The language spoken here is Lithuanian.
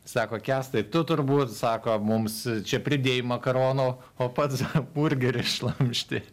sako kęstai tu turbūt sako mums čia pridėjai makaronų o pats burgerį šlamšti